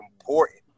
important